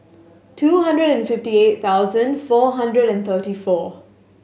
two hundred and fifty eight thousand four hundred and thirty four